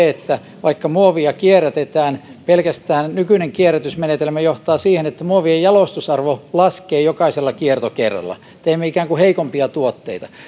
että vaikka muovia kierrätetään pelkästään nykyinen kierrätysmenetelmä johtaa siihen että muovien jalostusarvo laskee jokaisella kiertokerralla teemme ikään kuin heikompia tuotteita